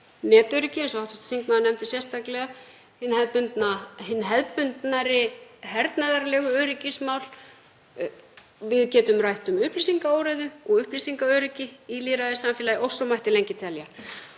netöryggi, eins og hv. þingmaður nefndi sérstaklega, hin hefðbundnari hernaðarlegu öryggismál — við getum rætt um upplýsingaóreiðu og upplýsingaöryggi í lýðræðissamfélagi og svo mætti lengi telja.